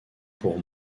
pour